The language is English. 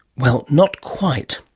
well, not quite.